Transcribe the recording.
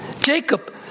Jacob